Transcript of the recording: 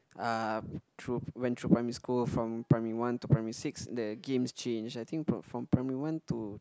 uh through went through primary school from primary one to primary six the games change I think from from primary one to